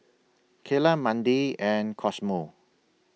Keyla Mandi and Cosmo